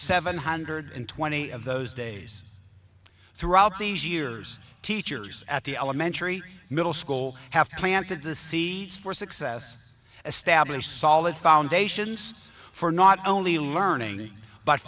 seven hundred and twenty of those days throughout these years teachers at the elementary middle school have planted the seeds for success as stablished solid foundations for not only learning but